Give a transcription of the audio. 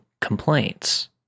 complaints